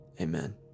Amen